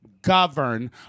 Govern